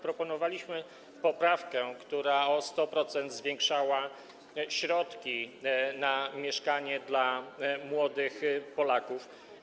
Proponowaliśmy poprawkę, która o 100% zwiększała środki na mieszkania dla młodych Polaków.